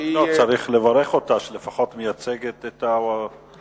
צריך לברך אותה שלפחות היא מייצגת את הקואליציה,